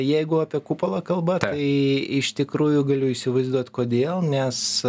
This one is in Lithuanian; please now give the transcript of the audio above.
jeigu apie kupolą kalba tai iš tikrųjų galiu įsivaizduot kodėl nes